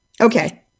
Okay